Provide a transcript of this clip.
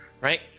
right